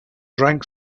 drank